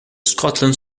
scotland